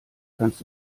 kannst